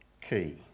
key